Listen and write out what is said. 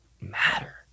matter